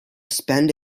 spend